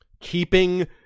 keeping